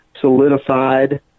solidified